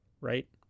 right